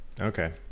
okay